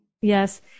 Yes